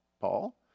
Paul